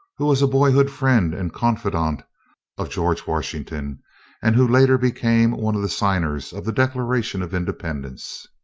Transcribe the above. who was a boyhood friend and confidant of george washington and who later became one of the signers of the declaration of independence.